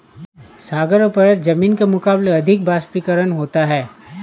सागरों पर जमीन के मुकाबले अधिक वाष्पीकरण होता है